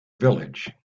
village